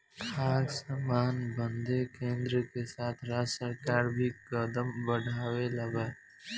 खाद्य सामान बदे केन्द्र के साथ राज्य सरकार भी कदम बढ़ौले बा